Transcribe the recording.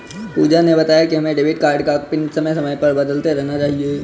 पूजा ने बताया कि हमें अपने डेबिट कार्ड का पिन समय समय पर बदलते रहना चाहिए